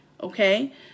okay